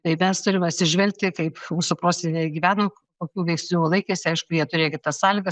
tai mes turim atsižvelgti kaip mūsų proseneliai gyveno kokių veiksnių laikėsi aišku jie turėjo kitas sąlygas